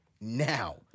now